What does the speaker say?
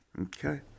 okay